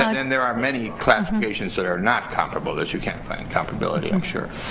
then there are many classifications that are not comparable that you can't find comparability i'm sure.